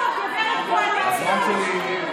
גברת קואליציוש?